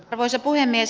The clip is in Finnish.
arvoisa puhemies